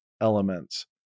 elements